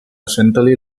centrally